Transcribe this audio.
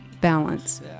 balance